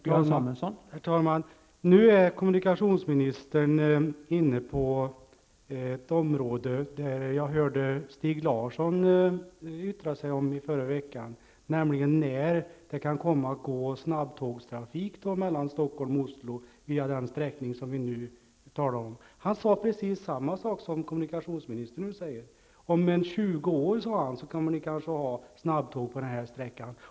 Herr talman! Nu är kommunikationsministern inne på ett område som jag hörde Stig Larsson yttra sig om i förra veckan, nämligen när det kan komma att gå snabbtågstrafik mellan Stockholm och Oslo via den sträckning som vi nu talar om. Kommunikationsministern säger nu precis samma sak som Stig Larsson sade -- om 20 år kommer vi kanske att ha snabbtåg på den här sträckan.